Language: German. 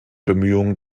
bemühungen